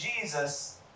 Jesus